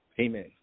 Amen